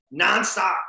nonstop –